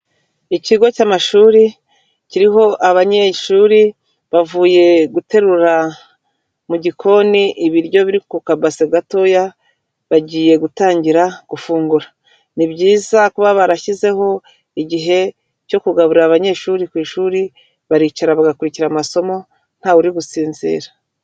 Ikigo cy'amashuri kiriho abanyeshuri bavuye guterura mu gikoni ibiryo biri ku kabase gatoya, bagiye gutangira gufungura, ni byiza kuba barashyizeho igihe cyo kugaburira abanyeshuri ku ishuri, baricara bagakurikira amasomo ntawe uri gusinzira.